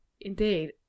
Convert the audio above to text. indeed